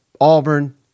Auburn